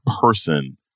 person